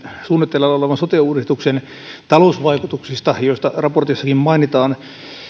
suunnitteilla olevan sote uudistuksen talousvaikutuksista joista raportissakin mainitaan